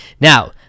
Now